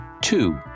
Two